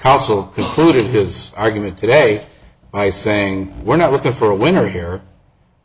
counsel concluded his argument today by saying we're not looking for a winner here